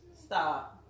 Stop